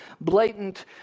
blatant